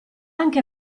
anche